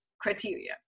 criteria